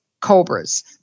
cobras